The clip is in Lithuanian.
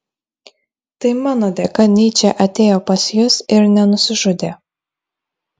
tai mano dėka nyčė atėjo pas jus ir nenusižudė